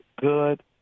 Good